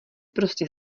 prostě